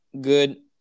good